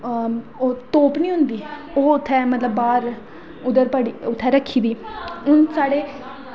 ओह् तोप निं होंदी ओह् मतलब उत्थें बाहर उत्थें रक्खी दी हून साढ़े